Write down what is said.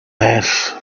mass